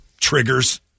triggers